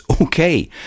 okay